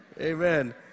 amen